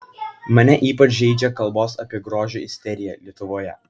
mane ypač žeidžia kalbos apie grožio isteriją lietuvoje